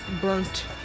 burnt